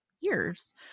years